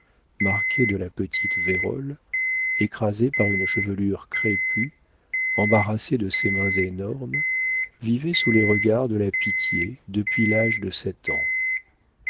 marqué de la petite vérole écrasé par une chevelure crépue embarrassé de ses mains énormes vivait sous les regards de la pitié depuis l'âge de sept ans